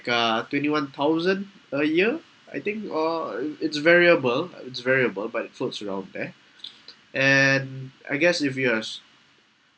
uh twenty one thousand a year I think uh it it's variable it's variable but it floats around there and I guess if you're